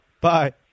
Bye